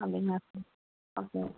அப்படிங்களா sir okay